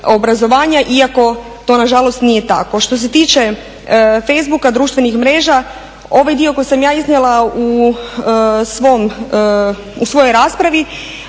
iako to nažalost nije tako. Što se tiče Facebooka, društvenih mreža, ovaj dio koji sam ja iznijela u svojoj raspravi,